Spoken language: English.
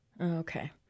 Okay